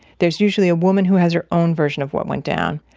there's usually a woman who has her own version of what went down.